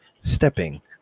stepping